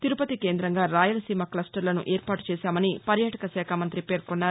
తిరుపతి ను కేంద్రంగా రాయలసీమ క్లస్టర్లను ఏర్పాటుచేసామని పర్యాటకశాఖ మంఁతి పేర్కొన్నారు